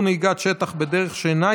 וכי הוועדה שתדון בהצעת חוק היא ועדת הבריאות.